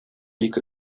ике